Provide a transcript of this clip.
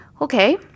Okay